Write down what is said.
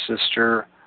sister